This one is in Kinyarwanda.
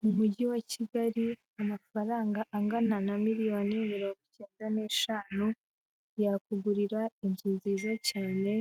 Mu mujyi wa Kigali, amafaranga angana na miliyoni mirongo icyenda n'eshanu, yakugurira inzu nziza cyane,